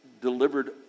delivered